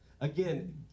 again